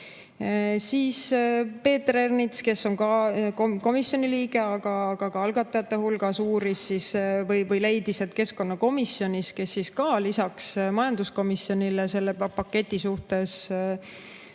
Peeter Ernits, kes on komisjoni liige, aga ka algatajate hulgas, leidis, et keskkonnakomisjonis, kes lisaks majanduskomisjonile selle paketi suhtes